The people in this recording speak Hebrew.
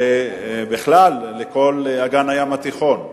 ובכלל לכל מדינות הים התיכון.